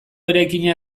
eraikina